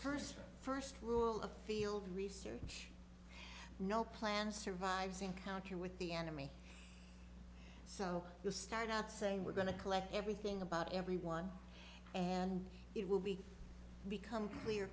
first first rule of field research no plan survives encounter with the enemy so you start out saying we're going to collect everything about everyone and it will be become clear